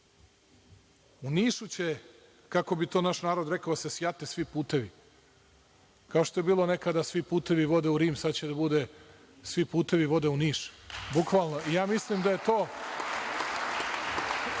U Nišu će, kako bi to naš narod rekao, da se sjate svi putevi, kao što je bilo nekada – svi putevi vode u Rim, sada će da bude – svi putevi vode u Niš. Bukvalno. Ja mislim da je to,